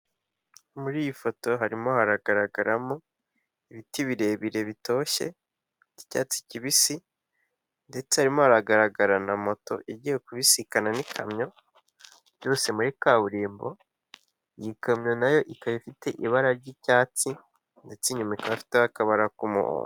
Muri iyi foto harimo haragaragaramo ibiti birebire bitoshye, by'icyatsi kibisi ndetse harimo aragaragara na moto igiye kubisikana n'ikamyo, byose muri kaburimbo iyi kamyo nayo ikaba ifite ibara ry'icyatsi, ndetse inyuma afite akabara k'umuhondo.